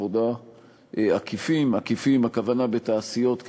הגשתי אותה בכנסת הקודמת,